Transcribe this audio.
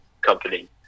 company